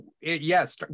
Yes